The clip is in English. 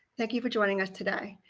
thank you for joining us today.